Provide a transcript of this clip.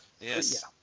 Yes